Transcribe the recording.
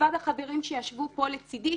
מלבד החברים שישבו פה לצדי,